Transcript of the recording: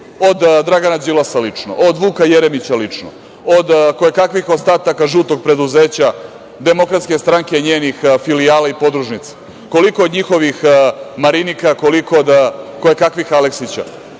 od Dragana Đilasa lično, od Vuka Jeremića lično, od kojekakvih ostataka žutog preduzeća, DS i njenih filijala i podružnica, koliko od njihovih Marinika, koliko od kojekakvih Aleksića.